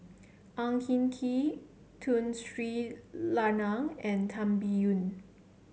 Ang Hin Kee Tun Sri Lanang and Tan Biyun